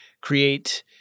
create